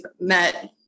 met